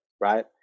Right